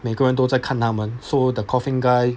每个人都在看他们 so the coughing guy